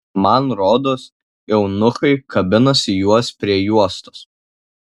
man rodos eunuchai kabinasi juos prie juostos